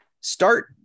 start